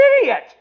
idiot